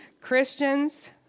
Christians